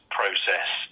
process